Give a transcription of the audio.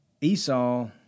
Esau